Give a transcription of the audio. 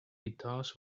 guitars